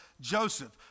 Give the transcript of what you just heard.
Joseph